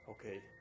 Okay